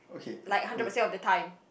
like hundred percent of the time